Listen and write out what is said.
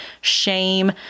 shame